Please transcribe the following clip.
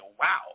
wow